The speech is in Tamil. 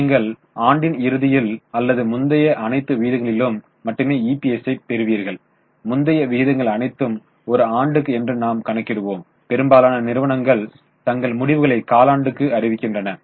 நீங்கள் ஆண்டின் இறுதியில் அல்லது முந்தைய அனைத்து விகிதங்களிலும் மட்டுமே EPS சை பெறுவீர்கள் முந்தைய விகிதங்கள் அனைத்தும் ஒரு ஆண்டுக்கு என்று நாம் கணக்கிடுவோம் பெரும்பாலான நிறுவனங்கள் தங்கள் முடிவுகளை காலாண்டுக்கு அறிவிக்கின்றன